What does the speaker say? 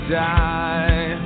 die